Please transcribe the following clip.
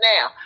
now